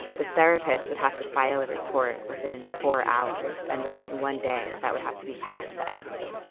the therapist would have to file a report within four hours and within one day that would have to be passed to ice.